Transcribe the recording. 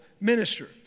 minister